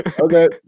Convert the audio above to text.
Okay